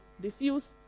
diffuse